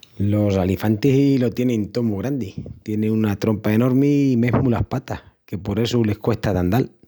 Los alifantis lo tienin tó mu grandi, tienin una trompa enormi i mesmu las patas, que por essu les cuesta d’andal.